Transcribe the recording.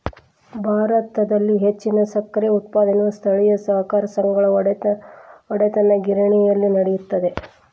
ಭಾರತದಲ್ಲಿ ಹೆಚ್ಚಿನ ಸಕ್ಕರೆ ಉತ್ಪಾದನೆಯು ಸ್ಥಳೇಯ ಸಹಕಾರ ಸಂಘಗಳ ಒಡೆತನದಗಿರಣಿಗಳಲ್ಲಿ ನಡೆಯುತ್ತದೆ